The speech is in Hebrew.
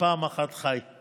ופעם אחת חי,